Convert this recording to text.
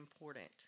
important